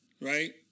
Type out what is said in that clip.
right